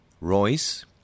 royce